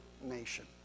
nation